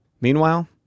Meanwhile